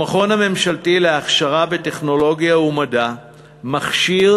המכון הממשלתי להכשרה בטכנולוגיה ומדע מכשיר